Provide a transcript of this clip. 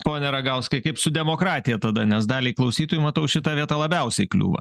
pone ragauskai kaip su demokratija tada nes daliai klausytojų matau šita vieta labiausiai kliūva